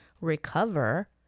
recover